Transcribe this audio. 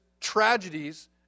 tragedies